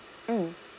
mm